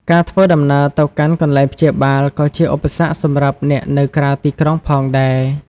ការធ្វើដំណើរទៅកាន់កន្លែងព្យាបាលក៏ជាឧបសគ្គសម្រាប់អ្នកនៅក្រៅទីក្រុងផងដែរ។